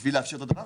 כדי לאפשר את זה.